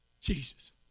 Jesus